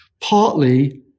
partly